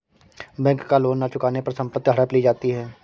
bank का loan न चुकाने पर संपत्ति हड़प ली जाती है